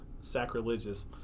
sacrilegious